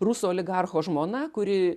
rusų oligarcho žmona kuri